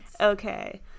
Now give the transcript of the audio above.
Okay